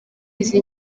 izi